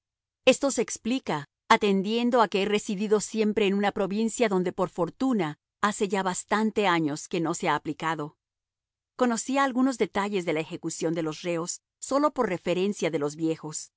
esto se explica atendiendo a que he residido siempre en una provincia donde por fortuna hace ya bastantes años que no se ha aplicado conocía algunos detalles de la ejecución de los reos sólo por referencia de los viejos